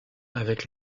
avec